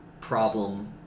problem